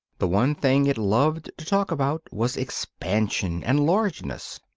the one thing it loved to talk about was expansion and largeness.